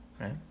right